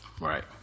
Right